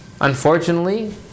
Unfortunately